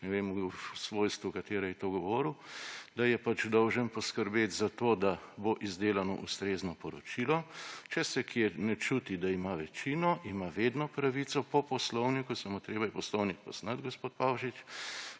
ne vem, v svojstvu katere je to govoril, da je dolžan poskrbet za to, da bo izdelano ustrezno poročilo. Če se kje ne čuti, da ima večino, ima vedno pravico po poslovniku, samo treba je poslovnik poznati, gospod Pavšič,